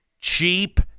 Cheap